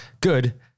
good